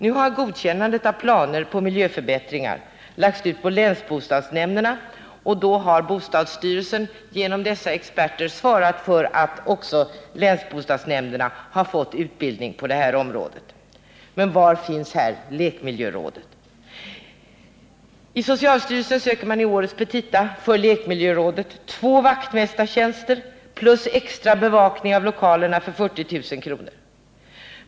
Nu har godkännandet av planer på miljöförbättringar lagts ut på länsbostadsnämnderna, och då har bostadsstyrelsen genom dessa experter svarat för att också länsbostadsnämnderna har fått utbildning på detta område. Men var finns det här lekmiljörådet? I socialstyrelsen söker man i årets petita för lekmiljörådet bl.a. två vaktmästartjänster plus extra bevakning av lokalerna för 40 000 kr.